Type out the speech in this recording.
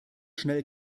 schnell